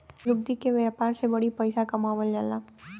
लुगदी क व्यापार से बड़ी पइसा कमावल जाला